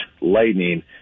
Lightning